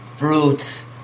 fruits